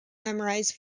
memorize